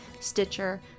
Stitcher